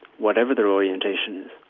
whatever their orientation.